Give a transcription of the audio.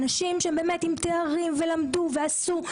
אנשים עם תארים שלמדו ועשו,